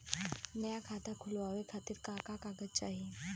नया खाता खुलवाए खातिर का का कागज चाहीं?